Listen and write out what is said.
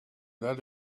that